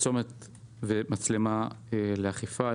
ומצלמה לאכיפה.